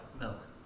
milk